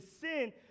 sin